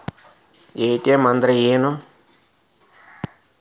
ATM ಅಂದ್ರ ಏನು?